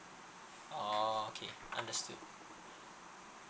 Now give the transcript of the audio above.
oh okay understood